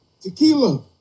Tequila